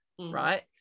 right